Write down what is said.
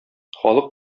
халык